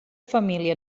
família